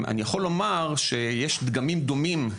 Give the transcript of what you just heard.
אני יכול לומר שיש דגמים דומים,